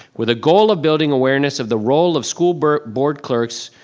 with the goal of building awareness of the role of school but board clerks.